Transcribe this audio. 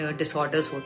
disorders